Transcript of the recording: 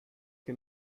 che